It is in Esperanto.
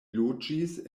loĝis